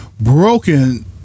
broken